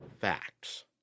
facts